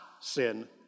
sin